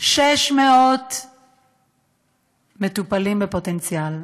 600 מטופלים בפוטנציאל.